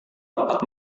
dapat